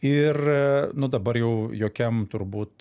ir a nu dabar jau jokiam turbūt